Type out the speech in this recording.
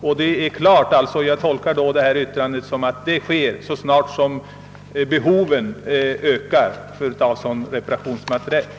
Men tidpunkten är oklar, och jag utgår mot denna bakgrund från att verkstaden kommer till stånd så snart behovet av reparationer ökat.